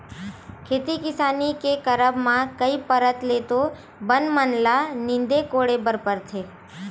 खेती किसानी के करब म कई परत ले तो बन मन ल नींदे कोड़े बर परथे